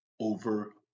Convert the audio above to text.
over